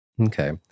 Okay